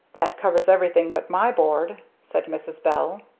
that covers everything but my board, said mrs. bell.